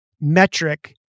metric